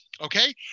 okay